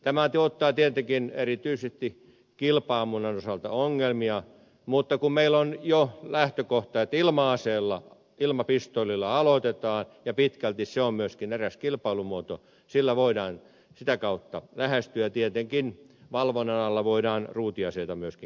tämä tuottaa tietenkin erityisesti kilpa ammunnan osalta ongelmia mutta kun meillä on jo lähtökohta että ilma aseella ilmapistoolilla aloitetaan ja pitkälti se on myöskin eräs kilpailumuoto sillä voidaan sitä kautta lähestyä ja tietenkin valvonnan alla voidaan ruutiaseita myöskin käyttää